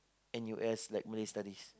N_U_S like Malay studies